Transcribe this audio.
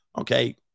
Okay